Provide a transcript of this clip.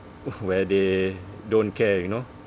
where they don't care you know